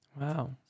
Wow